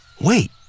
Wait